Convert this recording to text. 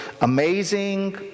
amazing